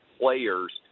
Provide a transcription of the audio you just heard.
players